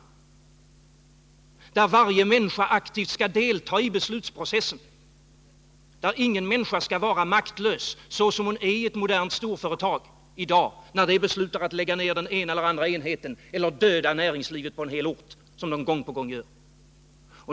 Detta system innebär att varje människa aktivt skall delta i beslutsprocessen och att ingen människa skall vara maktlös, såsom de flesta är i ett modernt storföretag i dag, när man beslutar lägga ner den ena eller den andra enheten eller dödar näringslivet på en hel ort, vilket nu sker gång på gång.